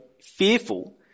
fearful